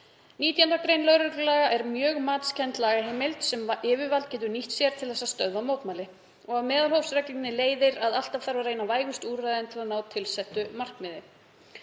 19. gr. lögreglulaga er mjög matskennd lagaheimild sem yfirvald getur nýtt sér til að stöðva mótmæli og af meðalhófsreglunni leiðir að alltaf þarf að reyna vægustu úrræðin til að ná tilsettu markmiði.